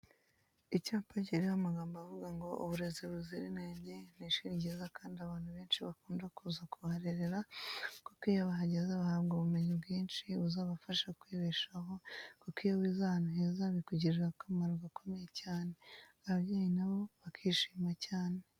Icyapa kiriho amagambo avuga ngo "uburezi buzira inenge"ni ishuri ryiza kandi abantu benshi bakunda kuza kuharera kuko iyo bahageze bahabwa ubumenyi bwinshi buzabafasha kwibeshaho kuko iyo wize ahantu heza bikugirira akamaro gakomeye cyane, ababyeyi nabo bakishima cyane.